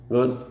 Good